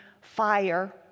fire